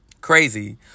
Crazy